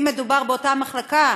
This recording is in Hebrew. אם מדובר באותה מחלקה,